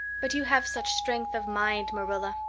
but you have such strength of mind, marilla.